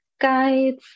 guides